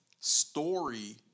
story